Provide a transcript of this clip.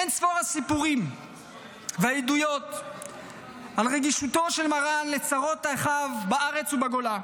אין-ספור הסיפורים והעדויות על רגישותו של מרן לצרות אחיו בארץ ובגולה,